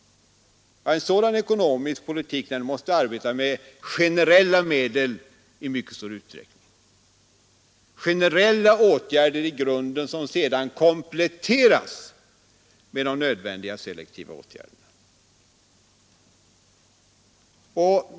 En sådan ekonomisk politik måste i mycket stor utsträckning arbeta med generella medel i grunden, vilka sedan kompletteras med de nödvändiga selektiva åtgärderna.